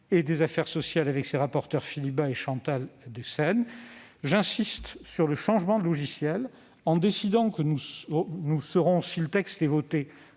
des affaires sociales, mené par les rapporteurs Philippe Bas et Chantal Deseyne. J'insiste sur le changement de logiciel. En décidant, si le texte est voté,